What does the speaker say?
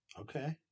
Okay